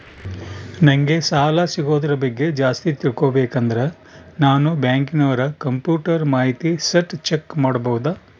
ನಂಗೆ ಸಾಲ ಸಿಗೋದರ ಬಗ್ಗೆ ಜಾಸ್ತಿ ತಿಳಕೋಬೇಕಂದ್ರ ನಾನು ಬ್ಯಾಂಕಿನೋರ ಕಂಪ್ಯೂಟರ್ ಮಾಹಿತಿ ಶೇಟ್ ಚೆಕ್ ಮಾಡಬಹುದಾ?